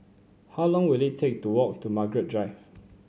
how long will it take to walk to Margaret Drive